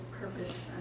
purpose